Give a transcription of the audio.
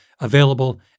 available